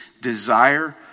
desire